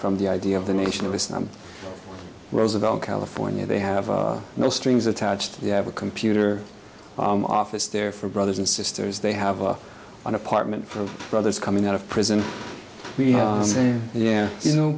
from the idea of the nation of islam roosevelt california they have no strings attached they have a computer office there for brothers and sisters they have an apartment for brothers coming out of prison we say yeah you know